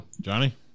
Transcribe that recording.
Johnny